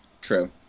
true